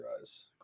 eyes